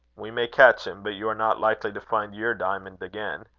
we may catch him, but you are not likely to find your diamond again.